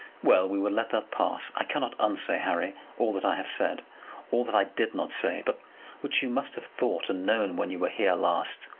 well we will let that pass. i cannot unsay, harry, all that i have said all that i did not say, but which you must have thought and known when you were here last.